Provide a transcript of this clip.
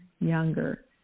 younger